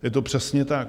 Je to přesně tak.